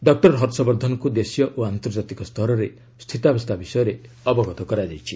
doctor ହର୍ଷବର୍ଦ୍ଧନଙ୍କୁ ଦେଶୀୟ ଓ ଆନ୍ତର୍ଜାତିକ ସ୍ତରରେ ସ୍ଥିତାବସ୍ଥା ବିଷୟରେ ଅବଗତ କରାଯାଇଛି